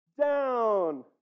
Down